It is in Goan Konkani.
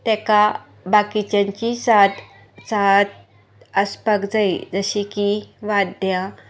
ताका बाकीच्यांची सात सात आसपाक जायी जशें की वाद्यां